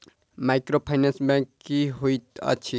Microfinance bank की होइत अछि?